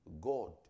God